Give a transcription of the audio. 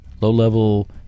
low-level